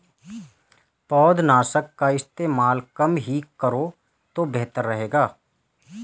पौधनाशक का इस्तेमाल कम ही करो तो बेहतर रहेगा